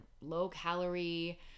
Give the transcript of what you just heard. low-calorie